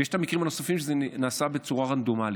ויש את המקרים הנוספים שבהם זה נעשה בצורה רנדומלית.